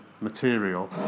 material